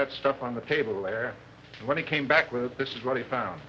that stuff on the table where when he came back with this is what he found